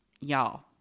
y'all